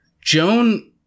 Joan